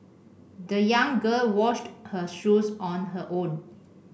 the young girl washed her shoes on her own